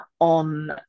on